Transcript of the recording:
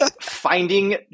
finding